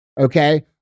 okay